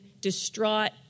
distraught